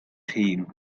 hun